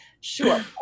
sure